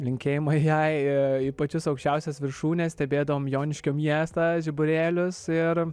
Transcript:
linkėjimai jai į pačias aukščiausias viršūnes stebėdavome joniškio miestą žiburėlius ir